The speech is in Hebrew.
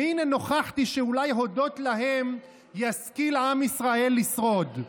והינה נוכחתי שאולי הודות להם ישכיל עם ישראל לשרוד.